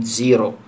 zero